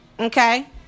Okay